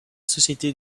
société